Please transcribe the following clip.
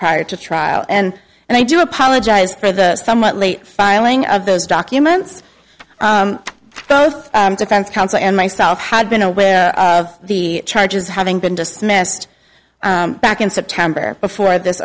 prior to trial and and i do apologize for the somewhat late filing of those documents both defense counsel and myself had been aware of the charges having been dismissed back in september before this